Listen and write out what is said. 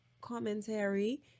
commentary